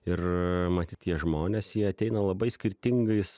ir matyt tie žmonės jie ateina labai skirtingais